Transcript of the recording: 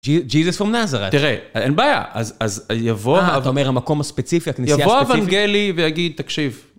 ג'יזוס פום נאזרת. תראה, אין בעיה. אז יבוא... אה, אתה אומר המקום הספציפי, הכנסייה הספציפית. יבוא אבנגלי ויגיד, תקשיב.